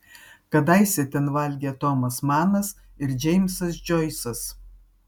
kadaise ten valgė tomas manas ir džeimsas džoisas